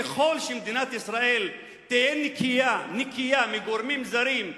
ככל שמדינת ישראל תהיה נקייה מגורמים זרים,